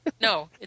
No